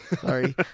Sorry